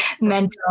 mental